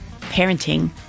parenting